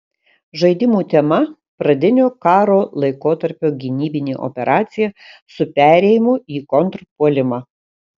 žaidimų tema pradinio karo laikotarpio gynybinė operacija su perėjimu į kontrpuolimą